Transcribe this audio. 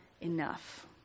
enough